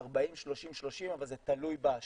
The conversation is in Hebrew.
40, 30, 30, אבל זה תלוי בשנה.